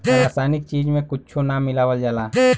रासायनिक चीज में कुच्छो ना मिलावल जाला